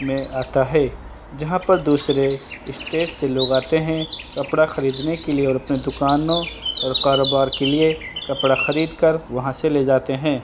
میں آتا ہے جہاں پر دوسرے اسٹیٹ سے لوگ آتے ہیں کپڑا خریدنے کے لیے اور اپنے دوکانوں اور کاروبار کے لیے کپڑا خرید کر وہاں سے لے جاتے ہیں